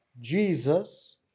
Jesus